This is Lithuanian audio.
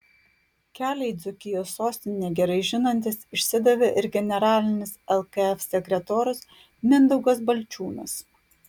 kelią į dzūkijos sostinę gerai žinantis išsidavė ir generalinis lkf sekretorius mindaugas balčiūnas